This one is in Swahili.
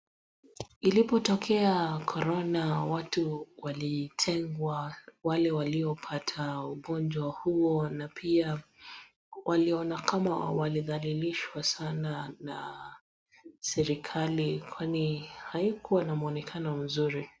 Ilipotokea korona watu walitegwa wale waliopata ugonjwa huo na pia waliona kama walidhalilishwa sana na serikali kwani haikuwa na mwonekano mzuri.